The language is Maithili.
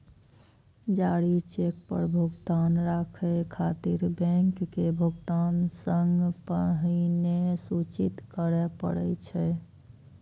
जारी चेक पर भुगतान रोकै खातिर बैंक के भुगतान सं पहिने सूचित करय पड़ै छै